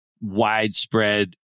widespread